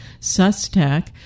SUSTECH